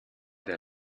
der